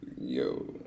Yo